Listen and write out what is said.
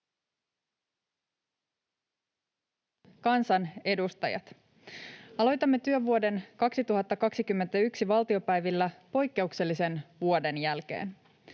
kansanedustajat! Aloitamme työn vuoden 2021 valtiopäivillä poikkeuksellisen vuoden jälkeen.